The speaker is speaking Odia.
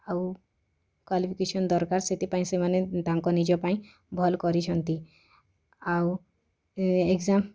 ଆଉ କ୍ୱାଲିଫିକେସନ୍ ଦରକାର୍ ସେଥିପାଇଁ ସେମାନେ ତାଙ୍କ ନିଜ ପାଇଁ ଭଲ୍ କରିଛନ୍ତି ଆଉ ଏ ଏକ୍ସାମ୍